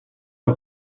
amb